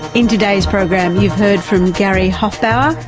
in today's program you've heard from gary hufbauer,